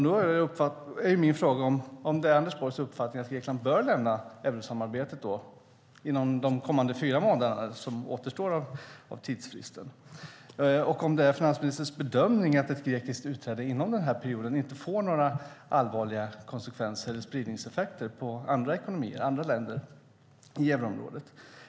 Nu är min fråga om det är Anders Borgs uppfattning att Grekland bör lämna eurosamarbetet inom de kommande fyra månaderna, som återstår av tidsfristen, och om det är finansministerns bedömning att ett grekiskt utträde inom den här perioden inte får några allvarliga konsekvenser eller spridningseffekter för andra ekonomier, andra länder i euroområdet.